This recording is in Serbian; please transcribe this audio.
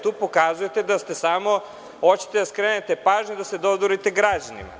Tu pokazujete da samo hoćete da skrenete pažnju i da se dodvorite građanima.